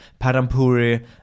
Padampuri